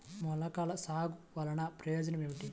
మొలకల సాగు వలన ప్రయోజనం ఏమిటీ?